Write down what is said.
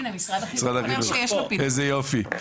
איזה יופי.